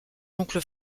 oncle